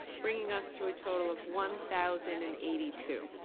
bringing us to a total of one thousand and eighty two.